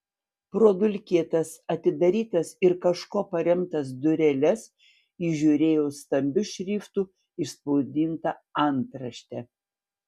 pro dulkėtas atidarytas ir kažkuo paremtas dureles įžiūrėjo stambiu šriftu išspausdintą antraštę